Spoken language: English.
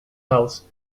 house